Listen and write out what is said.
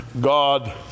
God